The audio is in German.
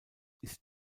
ist